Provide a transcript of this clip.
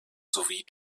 sowie